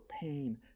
pain